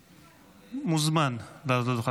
שמוזמן לעלות לדוכן.